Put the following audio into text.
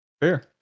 Fair